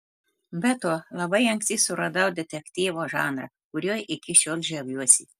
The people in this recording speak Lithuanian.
be to labai anksti suradau detektyvo žanrą kuriuo iki šiol žaviuosi